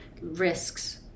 risks